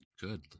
Good